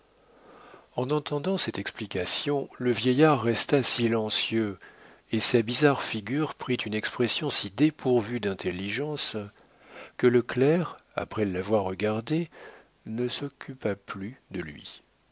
en entendant cette explication le vieillard resta silencieux et sa bizarre figure prit une expression si dépourvue d'intelligence que le clerc après l'avoir regardé ne s'occupa plus de lui